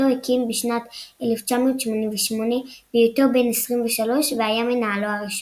אותו הקים בשנת 1988 בהיותו בן עשרים ושלוש והיה מנהלו הראשון.